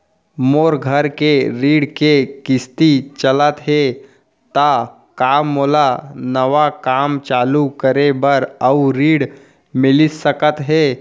मोर घर के ऋण के किसती चलत हे ता का मोला नवा काम चालू करे बर अऊ ऋण मिलिस सकत हे?